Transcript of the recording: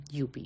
UP